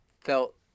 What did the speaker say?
felt